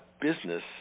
business